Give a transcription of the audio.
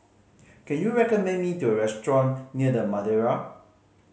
can you recommend me the restaurant near The Madeira